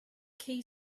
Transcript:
key